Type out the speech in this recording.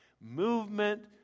movement